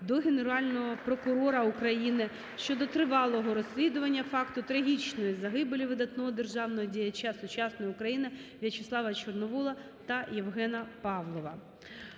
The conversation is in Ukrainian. до Генерального прокурора України щодо тривалого розслідування факту трагічної загибелі видатного державного діяча сучасної України В'ячеслава Чорновола та Євгена Павлова.